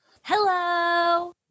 hello